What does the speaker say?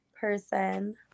person